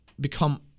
become